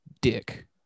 Dick